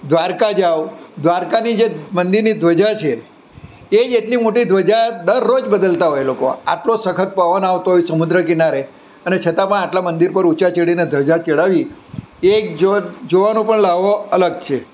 દ્વારકા જાઓ દ્વારકાની જે મંદિરની ધ્વજા છે તે જ એટલી મોટી ધ્વજા દરરોજ બદલતા હોય એ લોકો આટલો સખત પવન આવતો હોય સમુદ્ર કિનારે અને છતાં પણ આટલા મંદિર પર ઊંચા ચડીને ધજા ચડાવવી એક જ્યોત જોવાનો પણ લ્હાવો અલગ છે